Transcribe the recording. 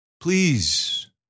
please